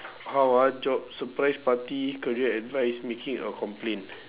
how ah jobs surprise party career advice making a complaint